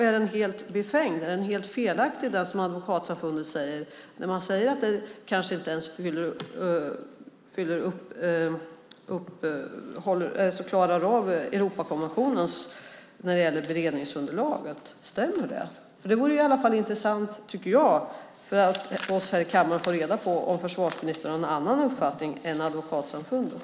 Är det helt befängt och felaktigt när Advokatsamfundet säger att förslagen kanske inte når upp till Europakonventionens minimikrav för denna typ av lagstiftning? Det vore intressant för oss här i kammaren att få veta om förvarsministern har en annan uppfattning än Advokatsamfundet.